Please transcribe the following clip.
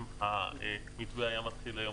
אם המתווה היה מתחיל היום,